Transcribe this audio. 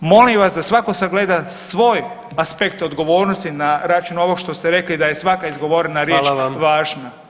Molim vas da svatko sagleda svoj aspekt odgovornosti na račun ovog što ste rekli da je svaka izgovorena riječ [[Upadica: Hvala vam.]] važna.